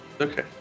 Okay